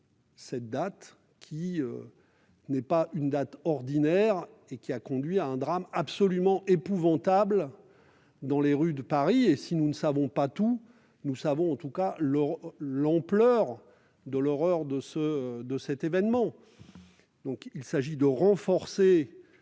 cette date, qui n'est pas une date ordinaire. Elle a donné lieu à un drame absolument épouvantable dans les rues de Paris- et si nous ne savons pas tout, au moins connaissons-nous l'ampleur de l'horreur de cet événement. Voilà ce qu'il s'agit de renforcer